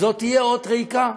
זו תהיה אות ריקה,